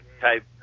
type